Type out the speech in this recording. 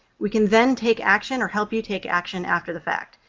we can then take action or help you take action after the fact,